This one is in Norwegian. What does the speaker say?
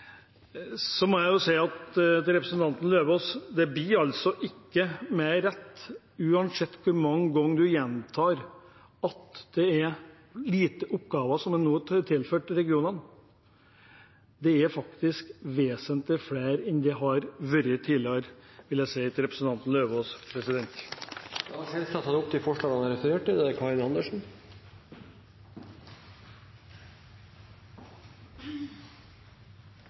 Så må jeg si til representanten Lauvås: Det blir altså ikke mer rett – uansett hvor mange ganger man gjentar det – at det er få oppgaver som nå er tilført regionene. Det er faktisk vesentlig flere enn det har vært tidligere. Representanten André N. Skjelstad har tatt opp de forslagene han refererte til. Det er